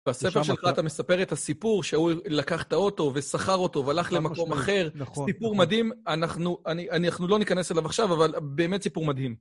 בספר שלך אתה מספר את הסיפור, שהוא לקח את האוטו וסחר אותו והלך למקום אחר, סיפור מדהים, אנחנו לא ניכנס אליו עכשיו, אבל באמת סיפור מדהים.